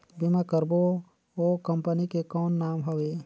बीमा करबो ओ कंपनी के कौन नाम हवे?